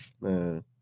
man